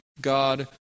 God